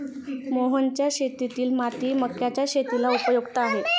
मोहनच्या शेतातील माती मक्याच्या शेतीला उपयुक्त आहे